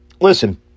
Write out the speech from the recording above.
listen